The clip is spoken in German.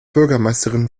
bürgermeisterin